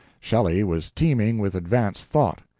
shelley was teeming with advanced thought.